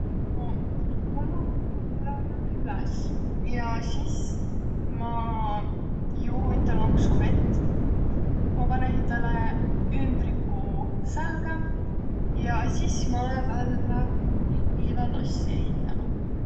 No hummogu ma heräne üles ja sis ma juu üte lonksu vett. Ma panõ hindäle ündrigu sälgä ja sis ma lää vällä liivalossi ehitämä.